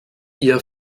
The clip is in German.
ihr